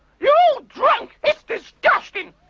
you're all drunk, it's disgusting!